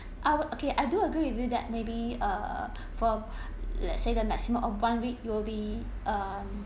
I would okay I do agree with you that maybe uh for let's say the maximum of one week you will be um